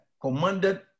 commanded